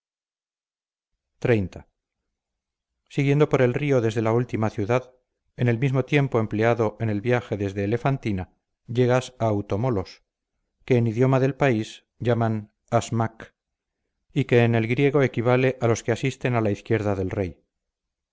xxx siguiendo por el río desde la última ciudad en el mismo tiempo empleado en el viaje desde elefantina llegas a los automolos que en idioma del país llaman asmach y que en el griego equivale a los que asisten a la izquierda del rey